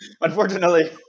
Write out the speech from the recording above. unfortunately